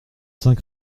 cinq